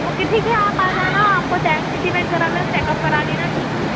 okay ठीक है आप आ जाना आपको चाहे टीटीमेंट करा लेना चेकअप करा लेना ठीक है